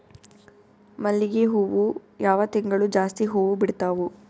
ಮಲ್ಲಿಗಿ ಹೂವು ಯಾವ ತಿಂಗಳು ಜಾಸ್ತಿ ಹೂವು ಬಿಡ್ತಾವು?